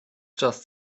just